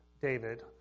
David